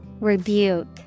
Rebuke